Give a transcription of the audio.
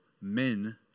men